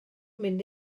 mynd